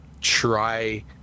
try